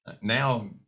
now